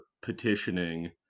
petitioning